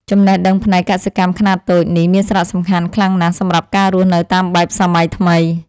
ចំណេះដឹងផ្នែកកសិកម្មខ្នាតតូចនេះមានសារៈសំខាន់ខ្លាំងណាស់សម្រាប់ការរស់នៅតាមបែបសម័យថ្មី។